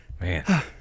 Man